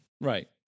Right